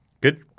Good